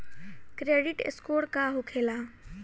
Credit score का होखेला?